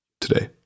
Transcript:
today